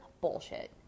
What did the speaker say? bullshit